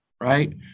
right